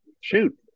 shoot